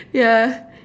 yeah